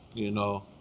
you know,